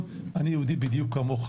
אני, לצערי, שבוייה בידיי קומץ